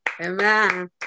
Amen